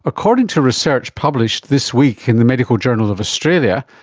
according to research published this week in the medical journal of australia,